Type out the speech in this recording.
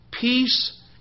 peace